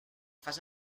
fas